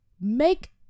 make